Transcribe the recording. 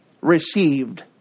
received